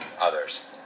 others